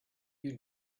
you